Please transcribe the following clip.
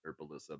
herbalism